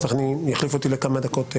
אז יחליף לכמה דקות סעדה.